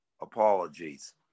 apologies